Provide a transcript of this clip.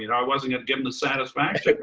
you know i wasn't gonna give him the satisfaction.